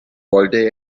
wolle